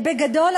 בגדול,